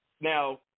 now